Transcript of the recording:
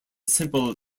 simple